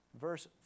Verse